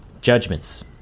judgments